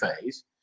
phase